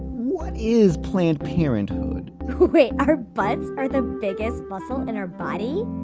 what is planned parenthood? wait, our butts are the biggest muscle in our body?